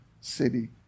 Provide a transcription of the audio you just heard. city